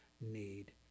need